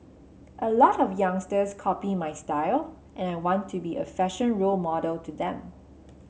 a lot of youngsters copy my style and I want to be a fashion role model to them